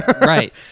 Right